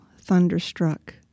thunderstruck